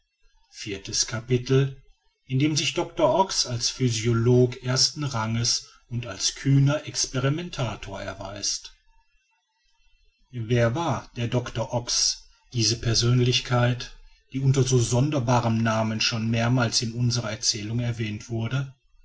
viertes capitel in dem sich doctor ox als physiolog ersten ranges und als kühner experimentator erweist wer war der doctor ox diese persönlichkeit die unter so sonderbarem namen schon mehrmals in unserer erzählung erwähnt wurde